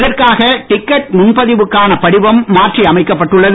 இதற்காக டிக்கெட் முன்பதிவுக்கான படிவம் மாற்றியமைக்கப்பட்டுள்ளது